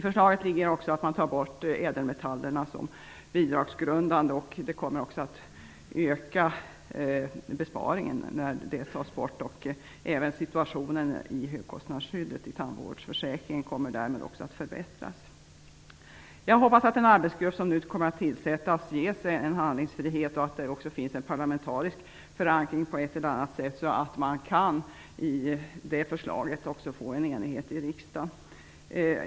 Förslaget innebär också att kostnader för ädelmetaller inte är bidragsgrundande. Det kommer att öka besparingen. Även situationen när det gäller högkostnadsskyddet i tandvårdsförsäkringen kommer därmed att förbättras. Jag hoppas att den arbetsgrupp som nu tillsätts ges handlingsfrihet och att det finns en parlamentarisk förankring på ett eller annat sätt, så att man också kan få en enighet för förslaget i riksdagen.